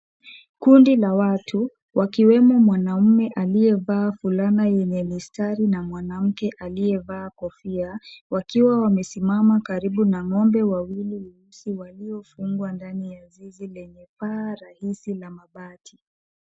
Kundi la watu wakiwemo mwanaume aliyevaa fulana yenye mistari na mwanamke aliyevaa kofia wakiwa wamesimama karibu na ng'ombe wawili weusi waliofungwa ndani ya zizi lenye paa rahisi la mabati.